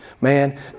Man